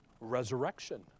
Resurrection